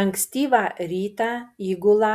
ankstyvą rytą įgulą